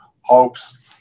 hopes